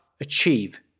achieve